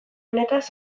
honetaz